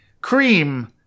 cream